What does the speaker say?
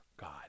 God